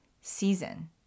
season